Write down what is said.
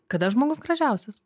kada žmogus gražiausias